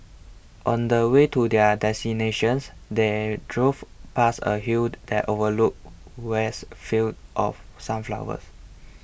on the way to their destinations they drove past a hill that overlooked vast fields of sunflowers